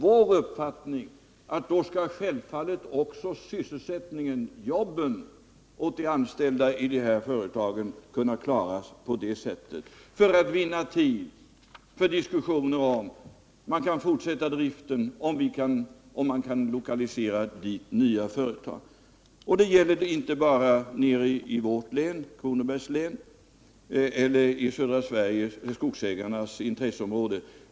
Vår uppfattning är att man då självfallet skall klara jobben åt de anställda vid dessa företag i väntan på diskussioner om man kan fortsätta driften eller om nya företag kan lokaliseras dit. Det gäller inte bara i vårt län, Kronobergs län, eller i södra Sverige, Södra Skogsägarnas område.